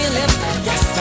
Yes